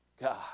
God